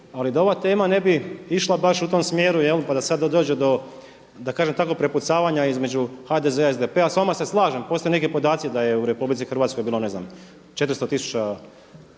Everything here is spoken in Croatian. Ali da ova tema ne bi išla baš u tom smjeru pa da sada dođe do da tako kažem prepucavanja između HDZ-a i SDP-a sa vama se slažem, postoje neki podaci da je u RH bilo ne znam 400